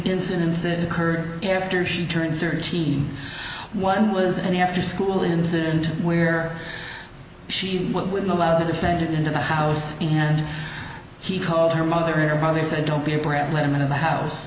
incidents that occurred after she turned thirteen one was an after school incident where she would not allow the defendant into the house and he called her mother her mother said don't be a brat lemon in the house